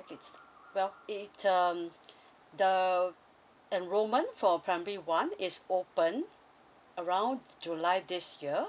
okay so well it um the enrolment for primary one is open around july this year